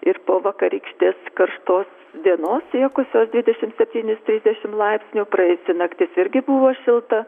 ir po vakarykštės karštos dienos siekusios dvidešim septynis trisdešim laipsnių praėjusi naktis irgi buvo šilta